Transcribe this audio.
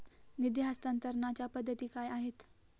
निधी हस्तांतरणाच्या पद्धती काय आहेत?